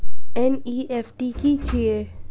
NEFT की छीयै?